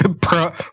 Pro